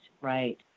right